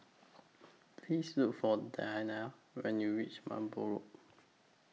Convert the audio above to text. Please Look For Diane when YOU REACH Merbau Road